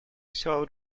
served